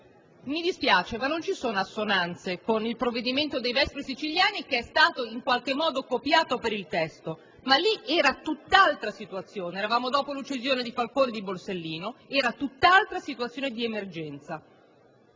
Mi dispiace, ma non vi sono assonanze con il provvedimento "Vespri siciliani", che è stato in qualche modo copiato per il testo. Lì la situazione era tutt'altra, dopo l'uccisione di Falcone e Borsellino, era tutt'altra situazione di emergenza.